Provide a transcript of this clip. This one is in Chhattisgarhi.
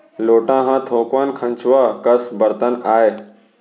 लोटा ह थोकन खंचवा कस बरतन आय